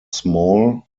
small